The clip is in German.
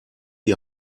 die